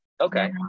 Okay